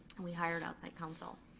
and we hired outside council.